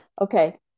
Okay